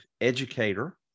educator